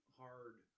hard